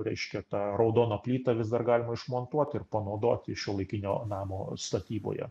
reiškia tą raudoną plytą vis dar galima išmontuot ir panaudoti šiuolaikinio namo statyboje